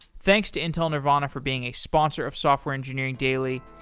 thanks to intel nervana for being a sponsor of software engineering daily,